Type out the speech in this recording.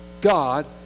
God